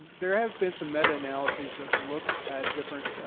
there have been some meta-analyses that looked at different